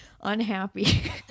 unhappy